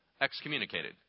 Excommunicated